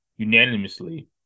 unanimously